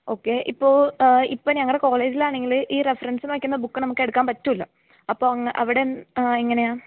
okay ഇപ്പോൾ ഇപ്പോൾ ഞങ്ങളുടെ കോളേജിൽ ആണെങ്കിൽ ഈ റെഫെറൻസ് വയ്ക്കുന്ന ബുക്ക് നമുക്ക് എടുക്കാൻ പറ്റില്ല അപ്പോൾ അവിടെ എങ്ങനെയാണ്